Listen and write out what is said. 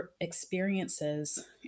experiences